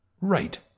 Right